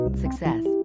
success